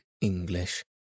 English